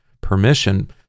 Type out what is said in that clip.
permission